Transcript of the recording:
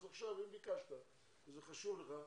אז עכשיו אם ביקשת וזה חשוב לך,